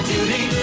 Duty